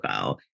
go